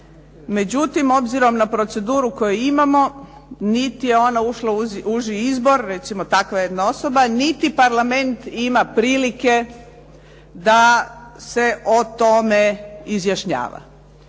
Međutim, obzirom na proceduru koju imamo, niti je ona ušla u uži izbor, recimo takva jedna osoba, niti Parlament ima prilike da se o tome izjašnjava.